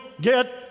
get